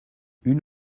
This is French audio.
une